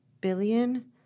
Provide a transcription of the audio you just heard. billion